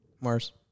Mars